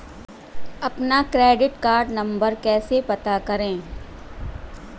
अपना credit card number कैसे पता करें?